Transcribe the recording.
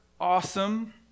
awesome